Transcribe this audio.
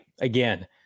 Again